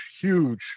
huge